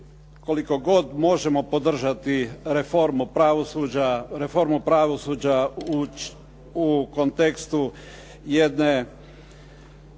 koliko god možemo podržati reformu pravosuđa u kontekstu jedne